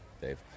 dave